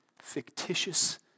Fictitious